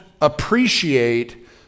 appreciate